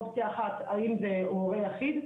אופציה אחת האם זה הורה יחיד,